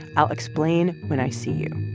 i'll explain when i see you.